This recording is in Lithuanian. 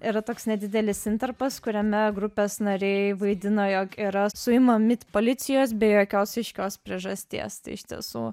yra toks nedidelis intarpas kuriame grupės nariai vaidina jog yra suimami policijos be jokios aiškios priežasties iš tiesų